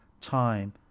time